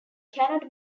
cannot